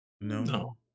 No